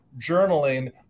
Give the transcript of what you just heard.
journaling